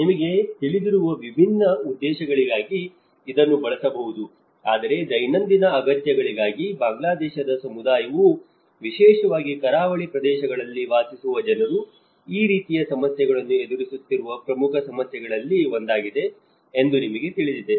ನಿಮಗೆ ತಿಳಿದಿರುವ ವಿಭಿನ್ನ ಉದ್ದೇಶಗಳಿಗಾಗಿ ಇದನ್ನು ಬಳಸಬಹುದು ಆದರೆ ದೈನಂದಿನ ಅಗತ್ಯಗಳಿಗಾಗಿ ಬಾಂಗ್ಲಾದೇಶದ ಸಮುದಾಯವು ವಿಶೇಷವಾಗಿ ಕರಾವಳಿ ಪ್ರದೇಶಗಳಲ್ಲಿ ವಾಸಿಸುವ ಜನರು ಈ ರೀತಿಯ ಸಮಸ್ಯೆಗಳನ್ನು ಎದುರಿಸುತ್ತಿರುವ ಪ್ರಮುಖ ಸಮಸ್ಯೆಗಳಲ್ಲಿ ಒಂದಾಗಿದೆ ಎಂದು ನಿಮಗೆ ತಿಳಿದಿದೆ